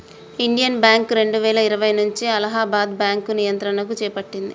Indian bank రెండువేల ఇరవై నుంచి అలహాబాద్ బ్యాంకు నియంత్రణను చేపట్టింది